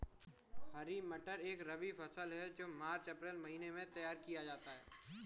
हरी मटर एक रबी फसल है जो मार्च अप्रैल महिने में तैयार किया जाता है